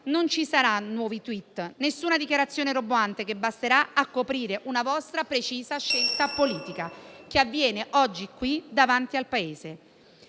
non ci sarà nessun *tweet* e nessuna dichiarazione roboante, che basterà a coprire una vostra precisa scelta politica, che avviene oggi, qui, davanti al Paese.